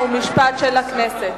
החוקה, חוק ומשפט של הכנסת.